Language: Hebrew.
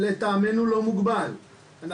לטעמינו לא מוגבל.